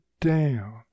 down